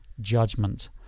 judgment